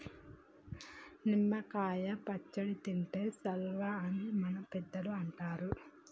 నిమ్మ కాయ పచ్చడి తింటే సల్వా అని మన పెద్దలు అంటరు